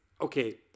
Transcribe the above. Okay